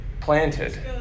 planted